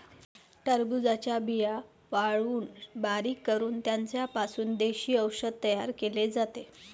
टरबूजाच्या बिया वाळवून बारीक करून त्यांचा पासून देशी औषध तयार केले जाते